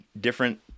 different